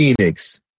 Phoenix